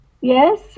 Yes